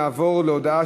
מי נגד?